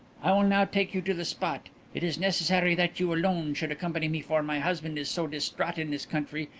i will now take you to the spot. it is necessary that you alone should accompany me, for my husband is so distraught in this country,